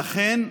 ואכן,